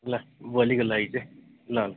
ल भोलिको लागि चाहिँ ल ल